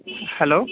hello